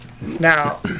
Now